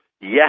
Yes